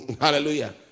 Hallelujah